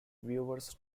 viewers